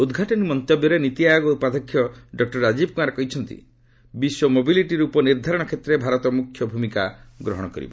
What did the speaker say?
ଉଦ୍ଘାଟନୀ ମନ୍ତବ୍ୟରେ ନୀତିଆୟୋଗ ଉପାଧ୍ୟକ୍ଷ ଡକ୍ଟର ରାଜୀବ କୁମାର କହିଛନ୍ତି ବିଶ୍ୱ ମୋବିଲିଟି ର୍ଚ୍ଚ ନିର୍ଦ୍ଧାରଣ କ୍ଷେତ୍ରରେ ଭାରତ ମୁଖ୍ୟଭୂମିକା ଗ୍ରହଣ କରିବ